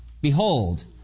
behold